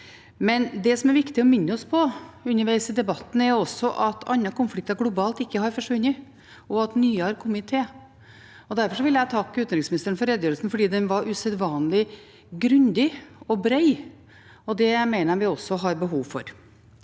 Det som er viktig å minne oss på underveis i debatten, er også at andre globale konflikter ikke har forsvunnet, og nye har kommet til. Derfor vil jeg takke utenriksministeren for redegjørelsen, for den var usedvanlig grundig og bred, og det mener jeg vi har behov for.